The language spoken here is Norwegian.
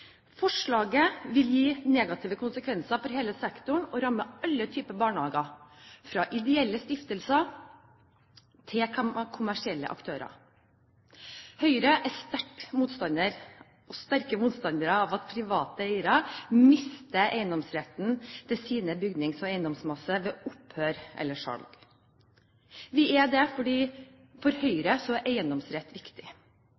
Forslaget vil gi negative konsekvenser for hele sektoren og ramme alle typer barnehager, fra ideelle stiftelser til kommersielle aktører. Høyre er sterk motstander av at private eiere mister eiendomsretten til sin bygnings- og eiendomsmasse ved opphør eller salg. Det er vi fordi eiendomsrett er viktig for